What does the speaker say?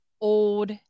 old